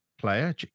player